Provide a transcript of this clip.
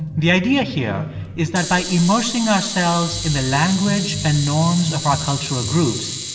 the idea here is that by immersing ourselves in the language and norms of our cultural groups,